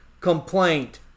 complaint